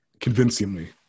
convincingly